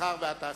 המסחר והתעסוקה.